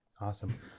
Awesome